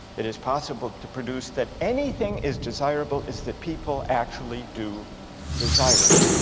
it is possible to produce that anything is desirable is that people actually do desire it.